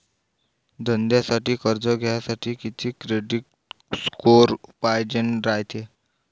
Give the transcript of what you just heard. धंद्यासाठी कर्ज घ्यासाठी कितीक क्रेडिट स्कोर पायजेन रायते?